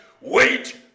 Wait